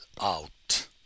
out